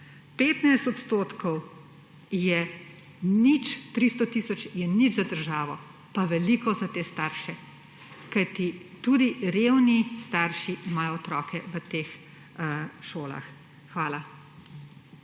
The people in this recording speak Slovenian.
15 % je nič, 300 tisoč je nič za državo, pa veliko za te starše, kajti tudi revni starši imajo otroke v teh šolah. Hvala.